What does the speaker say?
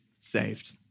saved